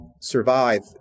survive